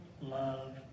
love